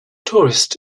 tourist